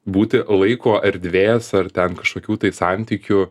būti laiko erdvės ar ten kažkokių tai santykių